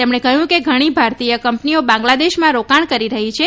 તેમણે કહ્યું કે ઘણી ભારતીય કંપનીઓ બાંગ્લાદેશમાં રોકાણ કરી રહી છે